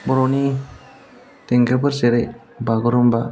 बर'नि देंखोफोर जेरै बागुरुमबा